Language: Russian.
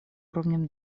уровнем